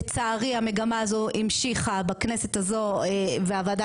לצערי המגמה הזו המשיכה בכנסת הזו והוועדה